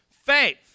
faith